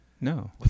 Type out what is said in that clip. No